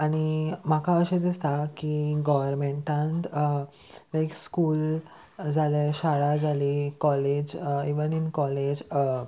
आनी म्हाका अशें दिसता की गोव्हर्मेंटान लायक स्कूल जाल्या शाळा जाली कॉलेज इवन इन कॉलेज